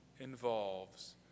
involves